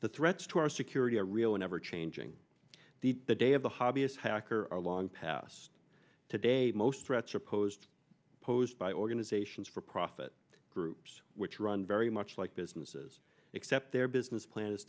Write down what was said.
threats to our security are real and ever changing the day of the hobby as hacker are long past today most threats are posed posed by organizations for profit groups which run very much like businesses except their business plan is